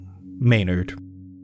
Maynard